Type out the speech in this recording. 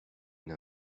une